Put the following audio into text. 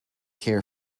care